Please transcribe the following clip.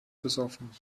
besoffen